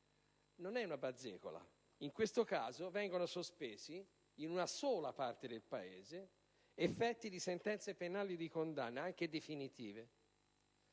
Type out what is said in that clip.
Non è una bazzecola, in questo caso vengono sospesi in una sola parte del Paese effetti di sentenze penali di condanna, anche definitive,